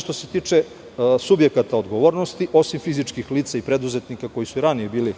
što se tiče subjekata odgovornosti, osim fizičkih lica i preduzetnika, koji su ranije bili